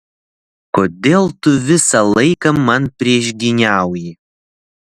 kodėl tu visą laiką man priešgyniauji